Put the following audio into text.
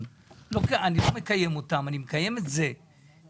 אבל אני לא מקיים אותם אלא אני מקיים דיון בנושא הזה.